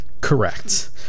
correct